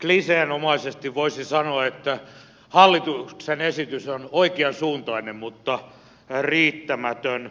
kliseenomaisesti voisi sanoa että hallituksen esitys on oikeansuuntainen mutta riittämätön